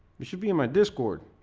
should be in my discord